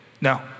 No